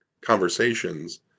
conversations